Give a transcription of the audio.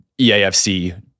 EAFC